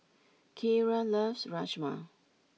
Kierra loves Rajma